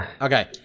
Okay